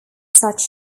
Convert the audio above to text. such